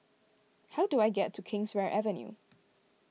how do I get to Kingswear Avenue